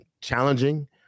challenging